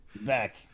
Back